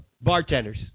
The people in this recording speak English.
Bartenders